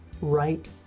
right